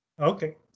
Okay